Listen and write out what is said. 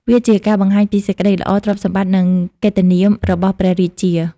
វាជាការបង្ហាញពីសេចក្តីល្អ ទ្រព្យសម្បត្តិ និងកិត្តិនាមរបស់ព្រះរាជា។